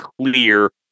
clear